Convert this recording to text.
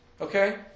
Okay